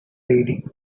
reading